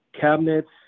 cabinets